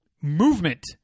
movement